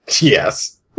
Yes